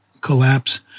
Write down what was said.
collapse